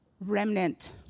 remnant